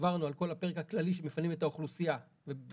עברנו על כל הפרק הכללי שמפנים את האוכלוסייה ובתוך